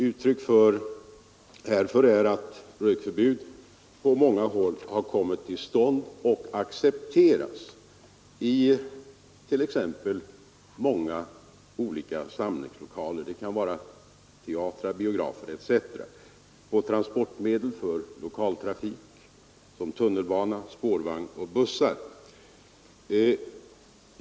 Uttryck härför är att rökförbud på många håll har kommit till stånd och accepterats i många olika samlingslokaler — det kan vara teatrar, biografer etc. — och transportmedel för lokaltrafik, som tunnelbana, spårvagnar och bussar.